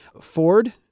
Ford